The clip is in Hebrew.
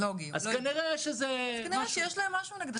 אז כנראה שיש להם משהו נגדכם.